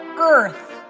Earth